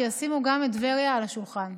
שישימו גם את טבריה על השולחן.